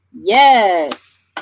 Yes